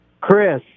Chris